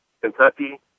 Kentucky